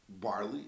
barley